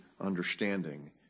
understanding